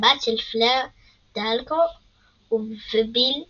הבת של פלר דלאקור וביל וויזלי.